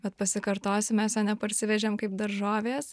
bet pasikartosiu mes jo neparsivežėm kaip daržovės